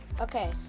Okay